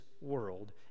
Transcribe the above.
world